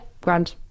grand